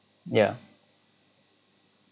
yeah